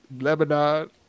Lebanon